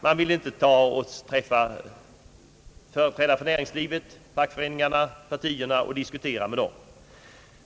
Man vill inte träffa företrädare för näringslivet, fackföreningarna och partierna för att diskutera med dem.